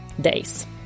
days